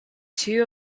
two